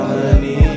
honey